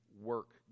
work